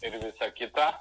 ir visa kita